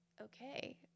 okay